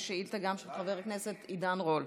יש שאילתה גם של חבר הכנסת עידן רול.